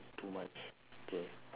it's too much okay